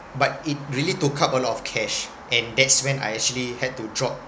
but it really took up a lot of cash and that's when I actually had to drop